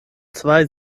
zwei